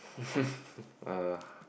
uh